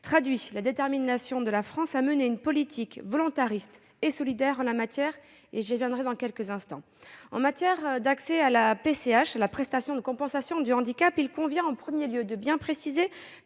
traduit la détermination de la France à mener une politique volontariste et solidaire en la matière ; j'y reviendrai dans quelques instants. En matière d'accès à la prestation de compensation du handicap, la PCH, il convient tout d'abord de préciser